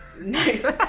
Nice